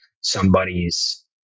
somebody's